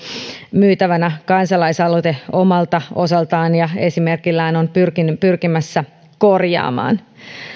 myytävänä kansalaisaloite omalta osaltaan ja esimerkillään on pyrkimässä korjaamaan